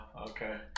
Okay